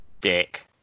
Dick